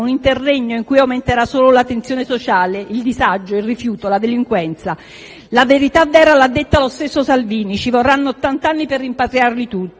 un interregno in cui aumenteranno solo la tensione sociale, il disagio, il rifiuto e la delinquenza. La verità vera l'ha detta lo stesso ministro Salvini: ci vorranno ottant'anni per rimpatriarli tutti.